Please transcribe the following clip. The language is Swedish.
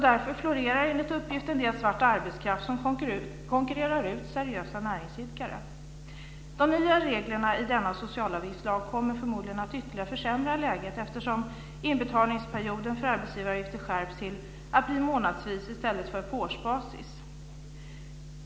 Därför florerar, enligt uppgift, en del svart arbetskraft som konkurrerar ut seriösa näringsidkare. De nya reglerna i denna socialavgiftslag kommer förmodligen att ytterligare försämra läget, eftersom inbetalningsperioden för arbetsgivaravgifter skärps till att bli en månad i stället för att det här sker på årsbasis.